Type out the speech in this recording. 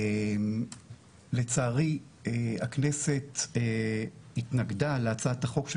לצערי הכנסת התנגדה להצעת החוק של